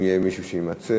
אם יהיה מישהו שיימצא,